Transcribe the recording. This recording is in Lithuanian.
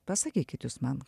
pasakykit jūs man